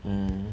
hmm